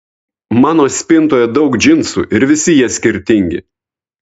mano spintoje daug džinsų ir visi jie skirtingi